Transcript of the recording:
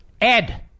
Ed